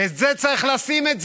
את זה צריך לשים.